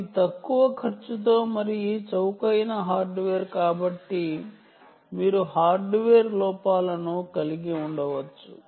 అవి తక్కువ ఖర్చు మరియు చౌకైన హార్డ్వేర్ కాబట్టి మీరు హార్డ్వేర్ లోపాలను కలిగి ఉండవచ్చు